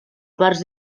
parts